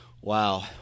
Wow